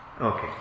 Okay